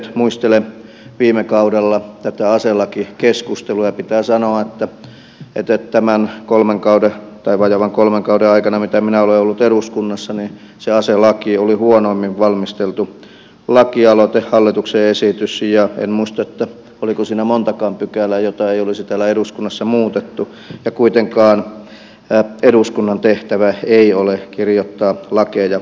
muistelen tätä viime kauden aselakikeskustelua ja pitää sanoa että tämän vajaan kolmen kauden aikana mitä minä olen ollut eduskunnassa se aselaki oli huonoimmin valmisteltu lakialoite hallituksen esitys ja en muista oliko siinä montakaan pykälää joita ei olisi täällä eduskunnassa muutettu ja kuitenkaan eduskunnan tehtävä ei ole kirjoittaa lakeja uusiksi